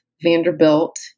Vanderbilt